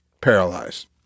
paralyzed